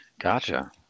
Gotcha